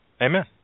Amen